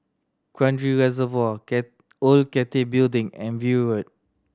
Kranji Reservoir Old Cathay Building and View Road